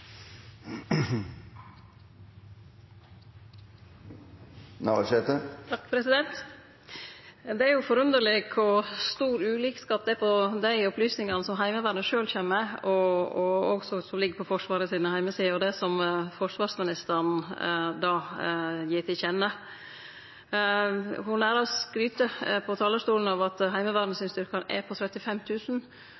stor ulikskap det er mellom dei opplysningane som Heimevernet sjølv kjem med, som òg ligg på Forsvaret sine heimesider, og det som forsvarsministeren gir til kjenne. Ho nærmast skryter frå talarstolen over at styrkane til Heimevernet